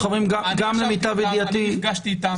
אני נפגשתי איתם.